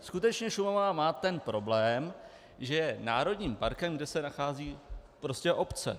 Skutečně Šumava má ten problém, že je národním parkem, kde se nacházejí obce.